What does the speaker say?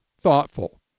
thoughtful